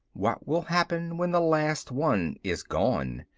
what will happen when the last one is gone?